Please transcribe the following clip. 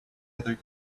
other